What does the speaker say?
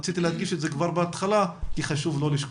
רציתי להדגיש את זה כבר בהתחלה כי חשוב לא לשכוח.